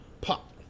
Pop